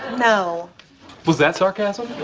no was that sarcasm?